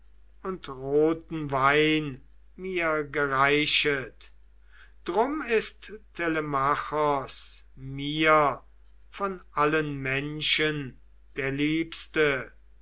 und roten wein mir gereichet drum ist telemachos mir von allen menschen der liebste